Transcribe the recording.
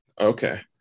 okay